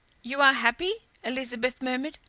you are happy? elizabeth murmured,